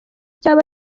cyaba